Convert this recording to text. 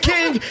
King